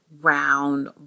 round